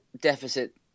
deficit